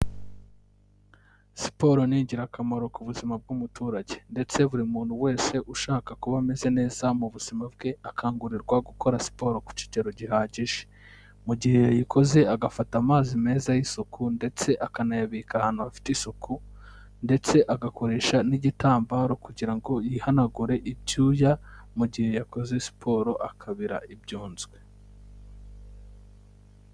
Siporo ni ingirakamaro ku buzima bw'umuturage. Ndetse buri muntu wese ushaka kuba ameze neza mu buzima bwe, akangurirwa gukora siporo ku kigero gihagije. Mu gihe yayikoze agafata amazi meza y'isuku ndetse akanayabika ahantu hafite isuku, ndetse agakoresha n'igitambaro kugira ngo yihanagure ibyuya mu gihe yakoze siporo akabira ibyunzwe.